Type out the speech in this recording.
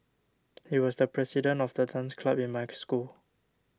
he was the president of the dance club in my school